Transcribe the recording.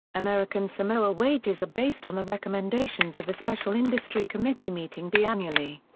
american samoa wages are based on the recommendations of a special industry committee meeting bi-annually.